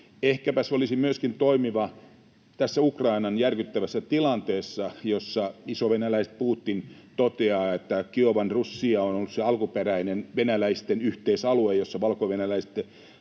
Ehkäpä se olisi toimiva myöskin tässä Ukrainan järkyttävässä tilanteessa, jossa isovenäläis-Putin toteaa, että Kiovan Rusj on ollut se alkuperäinen venäläisten yhteisalue, jossa valkovenäläiset